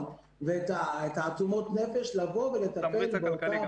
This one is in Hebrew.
ואת תעצומות הנפש -- את התמריץ הכלכלי גם.